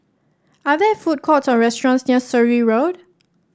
are there food courts or restaurants near Surrey Road